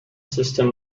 system